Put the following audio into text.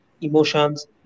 emotions